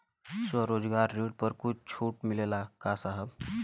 स्वरोजगार ऋण पर कुछ छूट मिलेला का साहब?